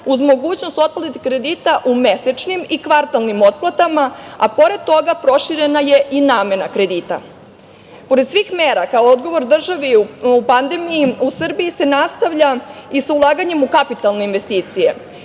uz mogućnost otplate kredita u mesečnim i kvartalnim otplatama, a pored toga proširena je i namena kredita. Pored svih mera kao odgovor državi u pandemiji, u Srbiji se nastavlja i sa ulaganjem u kapitalne investicije,